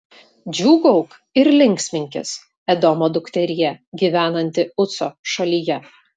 džiūgauk ir linksminkis edomo dukterie gyvenanti uco šalyje